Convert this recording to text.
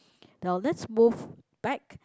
now let's move back